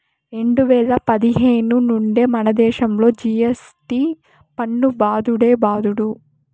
రెండు వేల పదిహేను నుండే మనదేశంలో జి.ఎస్.టి పన్ను బాదుడే బాదుడు